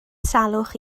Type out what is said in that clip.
salwch